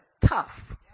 tough